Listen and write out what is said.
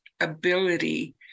ability